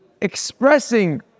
expressing